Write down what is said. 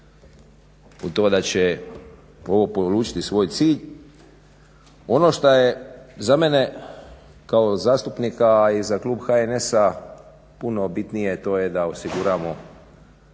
u to da će ovo poručiti svoj cilj. Ono što je za mene kao zastupnika a i za Klub HNS-a puno bitnije, a to je da osiguramo